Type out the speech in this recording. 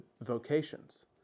vocations